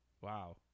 Wow